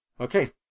Okay